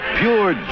pure